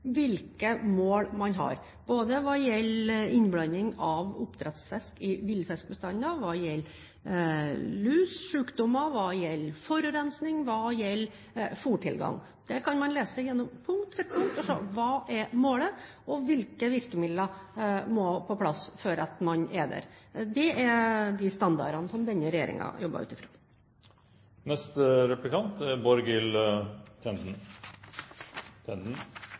hvilke mål man har, både hva gjelder innblanding av oppdrettsfisk i villfiskebestander, hva gjelder lus/sykdommer, hva gjelder forurensning, og hva gjelder fôrtilgang. Der kan man lese gjennom punkt for punkt og se hva målet er, og hvilke virkemidler som må på plass for at man er der. Det er de standardene som denne regjeringen jobber ut